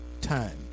Times